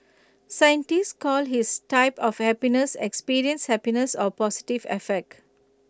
scientists call his type of happiness experienced happiness or positive affect